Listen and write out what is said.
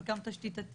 חלקם של תשתית,